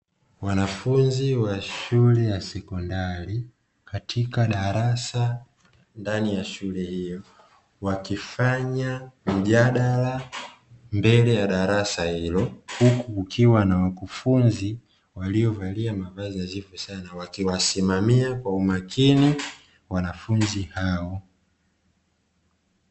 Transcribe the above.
Wanafunzi wa shule ya sekondari katika darasa ndani ya shule hiyo wakifanya mjadala mbele ya darasa hilo, huku kukiwa na wakufunzi waliovalia mavazi nadhifu sana wakiwasimamia kwa umakini wanafunzi hao.